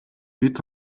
бид